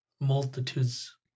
multitudes